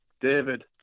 David